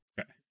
okay